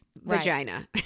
vagina